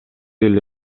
эле